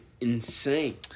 insane